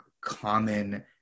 common